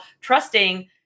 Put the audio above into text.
trusting